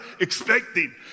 expecting